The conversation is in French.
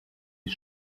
est